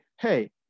hey